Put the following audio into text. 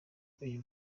uyu